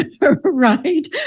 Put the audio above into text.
right